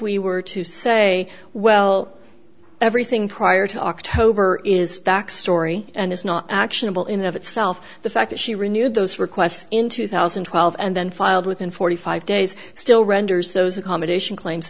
we were to say well everything prior to october is backstory and is not actionable in of itself the fact that she renewed those requests in two thousand and twelve and then filed within forty five days still renders those accommodation claims